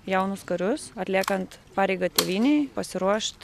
jaunus karius atliekant pareigą tėvynei pasiruošt